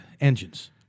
engines